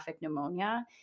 pneumonia